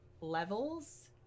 levels